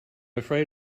afraid